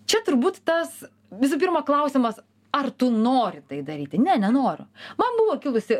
čia turbūt tas visų pirma klausimas ar tu nori tai daryti ne nenoriu man buvo kilusi